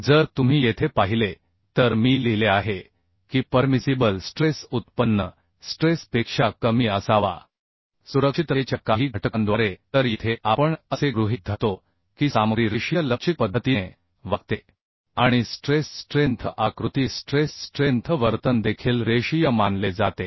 जर तुम्ही येथे पाहिले तर मी लिहिले आहे की परमिसिबल स्ट्रेस इल्ड स्ट्रेस पेक्षा कमी असावा सुरक्षिततेच्या काही घटकांद्वारे तर येथे आपण असे गृहीत धरतो की सामग्री रेषीय लवचिक पद्धतीने वागते आणि स्ट्रेस स्ट्रेंथ आकृती स्ट्रेस स्ट्रेंथ वर्तन देखील रेषीय मानले जाते